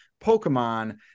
Pokemon